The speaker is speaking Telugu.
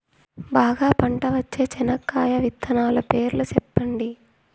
బాగా పంట వచ్చే చెనక్కాయ విత్తనాలు పేర్లు సెప్పండి?